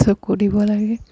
চকু দিব লাগে